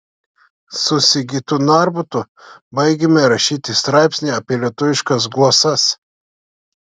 su sigitu narbutu baigėme rašyti straipsnį apie lietuviškas glosas